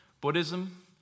Buddhism